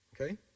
okay